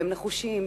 שהם נחושים,